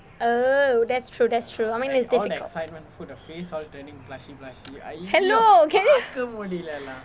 oh that's true that's true I mean it's difficult hello can you